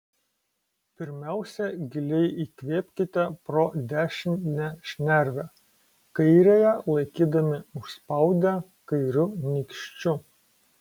pirmiausia giliai įkvėpkite pro dešinę šnervę kairiąją laikydami užspaudę kairiu nykščiu